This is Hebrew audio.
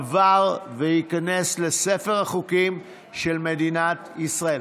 עבר, וייכנס לספר החוקים של מדינת ישראל.